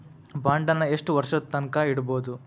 ಬಾಂಡನ್ನ ಯೆಷ್ಟ್ ವರ್ಷದ್ ತನ್ಕಾ ಇಡ್ಬೊದು?